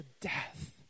death